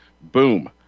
boom